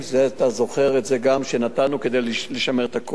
אתה זוכר שנתנו את זה כדי לשמר את הכוח.